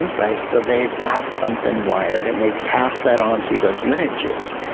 and right? so they've got something wired and they've passed that on through those lineages.